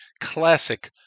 classic